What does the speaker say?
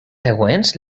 següents